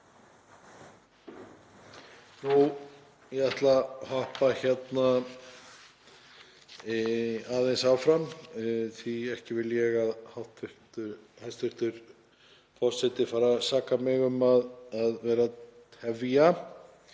Ég ætla að hoppa aðeins áfram, ekki vil ég að hæstv. forseti fari að saka mig um að vera að tefja